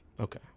okay